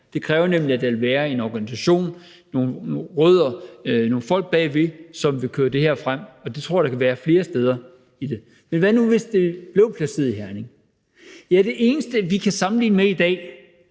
Det kræver nemlig, at der er en organisation, nogle rødder, nogle folk bagved, som vil køre det her frem, og det tror jeg at der kunne være flere steder. Men hvad nu, hvis det blev placeret i Herning? Det eneste, vi kan sammenligne med i dag